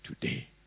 today